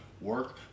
work